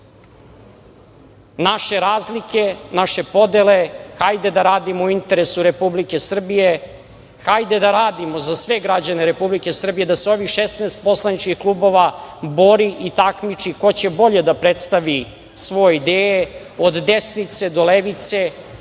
naše razlike, naše podele, hajde da radimo u interesu Republike Srbije, hajde da radimo za sve građane Republike Srbije, da se ovih 16 poslaničkih klubova bori i takmiči ko će bolje da predstavi svoje ideje, od desnice do levice,